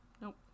Nope